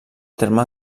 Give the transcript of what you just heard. terme